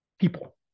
people